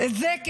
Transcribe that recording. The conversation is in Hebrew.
זה,